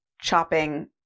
chopping